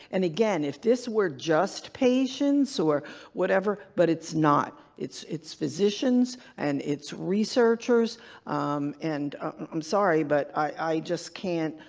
and again, if this were just patients or whatever, but it's not. it's it's physicians and it's researchers and i'm sorry, but i just can't.